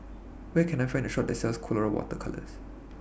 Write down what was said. Where Can I Find A Shop that sells Colora Water Colours